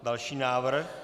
Další návrh?